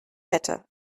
hätte